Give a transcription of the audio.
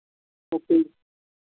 okay